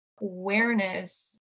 awareness